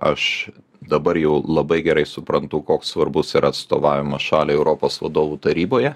aš dabar jau labai gerai suprantu koks svarbus yra atstovavimas šaliai europos vadovų taryboje